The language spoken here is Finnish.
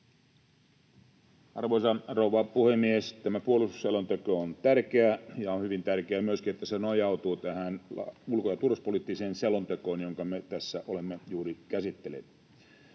Arvoisa rouva puhemies! Tämä puolustusselonteko on tärkeä, ja on hyvin tärkeää myöskin, että se nojautuu tähän ulko- ja turvallisuuspoliittiseen selontekoon, jonka me tässä olemme juuri käsitelleet.